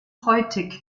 häutig